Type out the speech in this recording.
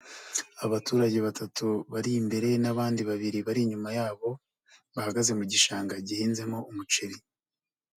Abaturage batatu bari imbere n'abandi babiri bari inyuma yabo. Bahagaze mu gishanga gihinzemo umuceri.